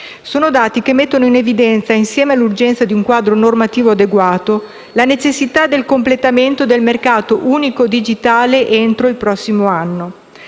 Sono dati che mettono in evidenza, insieme all'urgenza di un quadro normativo adeguato, la necessità del completamento del mercato unico digitale entro il prossimo anno.